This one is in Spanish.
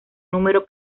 número